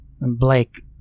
Blake